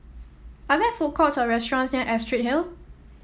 are there food courts or restaurants near Astrid Hill